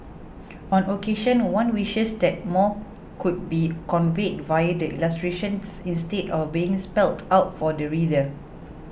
on occasion one wishes that more could be conveyed via the illustrations instead of being spelt out for the reader